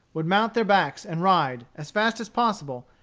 would mount their backs and ride, as fast as possible,